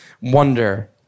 wonder